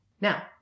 Now